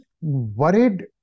worried